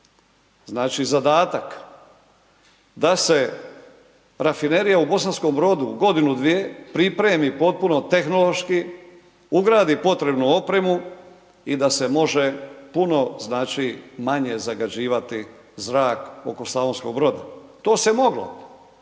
već zadatak, da se rafinerija u Bosanskom Brodu, godinu, dvije, pripremi, potpuno tehnološki, ugradi potrebnu opremu i da se može puno znači, manje zagađivati zrak oko Slavonskog Broda. To se moglo.